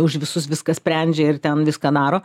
už visus viską sprendžia ir ten viską daro